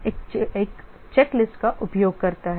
एक चेकलिस्ट का उपयोग करना है